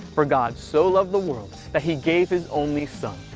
for god so loved the world, that he gave his only son,